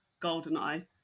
Goldeneye